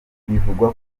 bivugwa